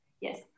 Yes